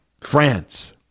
France